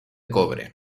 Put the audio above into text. cobre